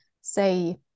say